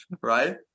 right